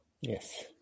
Yes